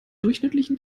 durchschnittlichen